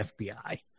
fbi